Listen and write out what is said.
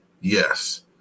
yes